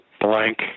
blank